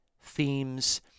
themes